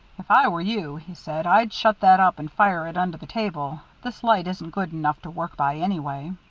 if i were you, he said, i'd shut that up and fire it under the table. this light isn't good enough to work by, anyway.